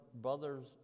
brothers